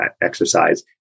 exercise